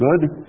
good